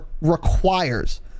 requires